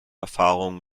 erfahrung